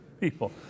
people